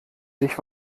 sich